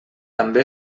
també